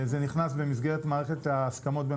זה נכנס במסגרת מערכת ההסכמות בין